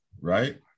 right